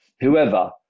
whoever